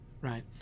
right